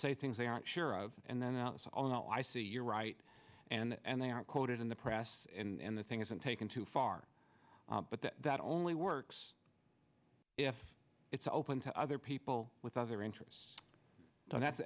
say things they aren't sure of and then i'll know i see you're right and they are quoted in the press and the thing isn't taken too far but that only works if it's open to other people with other interests so that's